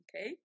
okay